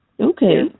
Okay